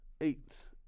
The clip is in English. Eight